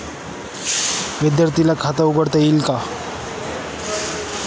विद्यार्थी खाते उघडता येईल का?